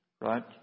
right